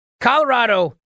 Colorado